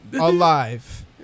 alive